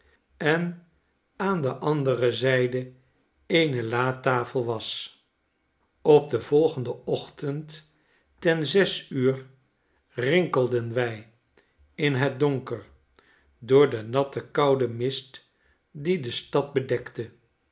en aan de andere zijde eene latafel was op den volgenden ochtend ten zes uur rinkelden wij in het donker door den natte kouden mist die de stad bedekte